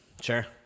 sure